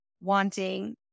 wanting